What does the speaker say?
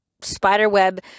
spiderweb